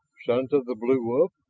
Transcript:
sons of the blue wolf?